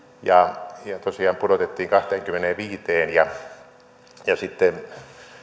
ja ja tosiaan pudotettiin kahteenkymmeneenviiteen sitten